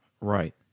Right